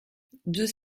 deux